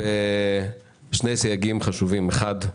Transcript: בשני סייגים חשובים: אחד,